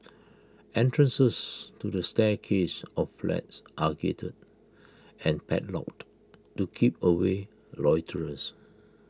entrances to the of flats are gated and padlocked to keep away loiterers